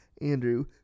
Andrew